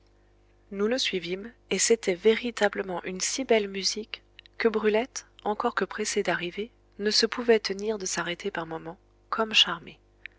nous le suivîmes et c'était véritablement une si belle musique que brulette encore que pressée d'arriver ne se pouvait tenir de s'arrêter par moments comme charmée